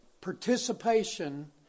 participation